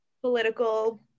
political